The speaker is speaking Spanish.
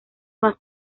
más